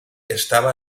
estava